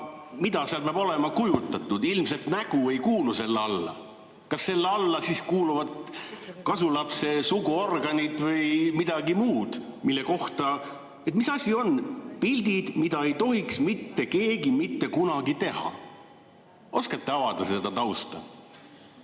mida seal peab olema kujutatud? Ilmselt nägu ei kuulu selle alla. Kas selle alla kuuluvad kasulapse suguorganid või midagi muud, mille kohta ...? Mis asi on "pildid, mida ei tohiks mitte keegi mitte kunagi teha"? Kas oskate avada seda tausta?